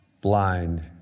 blind